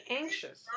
anxious